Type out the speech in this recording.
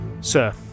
Sir